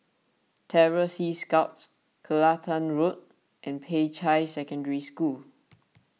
Terror Sea Scouts Kelantan Road and Peicai Secondary School